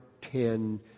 ten